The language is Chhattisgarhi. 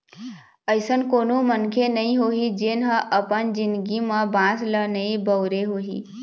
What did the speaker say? अइसन कोनो मनखे नइ होही जेन ह अपन जिनगी म बांस ल नइ बउरे होही